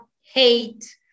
hate